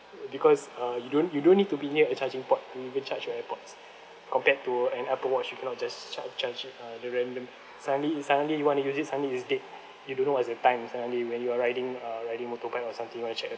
because uh you don't you don't need to be near a charging port to recharge your airpods compared to an apple watch you cannot just charge charge it uh the random suddenly suddenly you want to use it suddenly it's dead you don't know what's the time suddenly when you are riding uh riding motorbike or something you want to check the